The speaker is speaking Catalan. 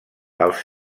els